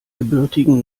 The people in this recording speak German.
gebürtigen